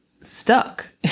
stuck